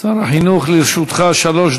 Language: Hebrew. שר החינוך, לרשותך שלוש